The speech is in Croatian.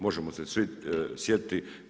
Možemo se svi sjetiti.